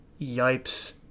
yipes